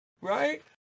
right